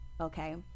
Okay